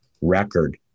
record